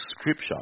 scripture